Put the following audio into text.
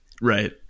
Right